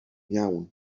iawn